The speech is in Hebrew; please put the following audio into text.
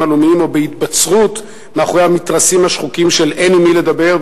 עלומים או בהתבצרות מאחורי המתרסים השחוקים של "אין עם מי לדבר",